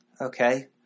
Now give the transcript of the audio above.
okay